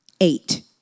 eight